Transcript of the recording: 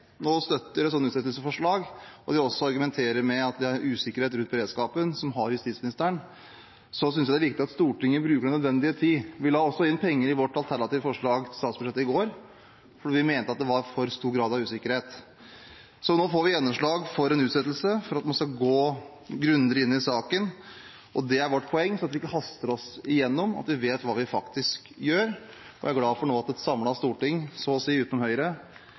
nå støtter et slikt utsettelsesforslag, og de også argumenterer med at det er usikkerhet rundt beredskapen, synes jeg det er viktig at Stortinget bruker den nødvendige tid. Vi la også inn penger i vårt alternative forslag til statsbudsjett i går fordi vi mente det var for stor grad av usikkerhet. Så nå får vi gjennomslag for en utsettelse, for at man skal gå grundigere inn i saken, og det er vårt poeng, så vi ikke haster gjennom, men vet hva vi faktisk gjør. Jeg er glad for at et så å si samlet storting – utenom Høyre